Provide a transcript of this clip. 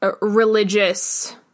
religious